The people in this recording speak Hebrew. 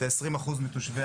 20% מתושבי